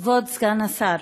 כבוד סגן השר,